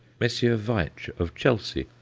messrs. veitch of chelsea,